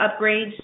upgrades